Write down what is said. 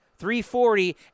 340